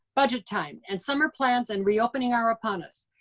budget time and summer plans and reopening are upon us.